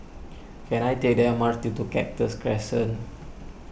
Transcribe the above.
can I take the M R T to Cactus Crescent